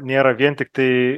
nėra vien tiktai